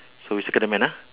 so circle the man ah